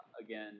again